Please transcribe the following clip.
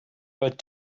but